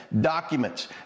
documents